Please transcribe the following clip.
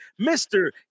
Mr